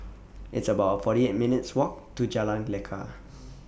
It's about forty eight minutes' Walk to Jalan Lekar